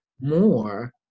more